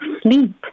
sleep